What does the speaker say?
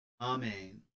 Amen